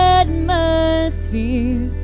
atmosphere